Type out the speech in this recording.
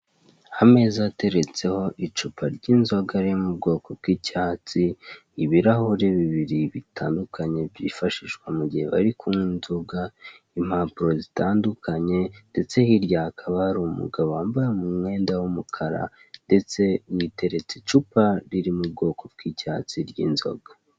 Ameza ateretseho icupa ry'inzoga riri mu bwoko bw'icyatsi, ibirahure bibiri bitandukanye byifashishwa amu gihe bari kunywa inzoga, impapuro zitandukanye, ndetse hirya hakaba hari umugabo wambaye umwenda w'umukara, ndetse witeretse icupa riri mu bwoko bw'icyatsi ry'inzoga.